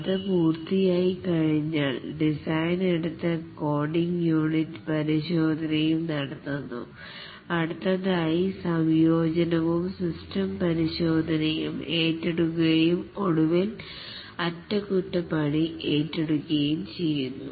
അത് പൂർത്തിയാക്കി കഴിഞ്ഞാൽ ഡിസൈൻ എടുത്ത് കോഡിങ് യൂണിറ്റ് പരിശോധനയും നടത്തുന്നു അടുത്തതായി സംയോജനവും സിസ്റ്റം പരിശോധനയും ഏറ്റെടുക്കുകയും ഒടുവിൽ വിൽ അറ്റകുറ്റപ്പണി ഏറ്റെടുക്കുകയും ചെയ്യുന്നു